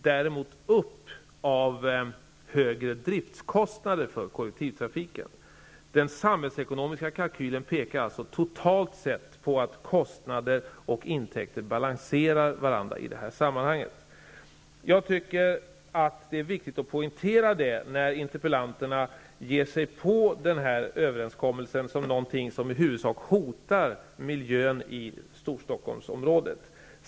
De vägs upp av högre driftskostnader för kollektivtrafiken. Den samhällsekonomiska kalkylen pekar alltså totalt sett på att kostnader och intäkter balanserar varandra i detta sammanhang. Jag tycker att detta är viktigt att poängtera när mina meddebattörer ger sig på den här överenskommelsen som något som i huvudsak hotar miljön i Storstockholmsområdet.